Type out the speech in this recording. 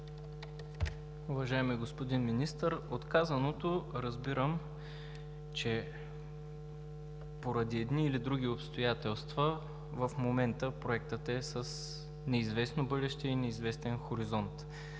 Уважаеми господин Министър, от казаното разбирам, че поради едни или други обстоятелства в момента проектът е с неизвестно бъдеще и неизвестен хоризонт.